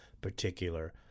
particular